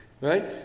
right